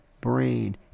brain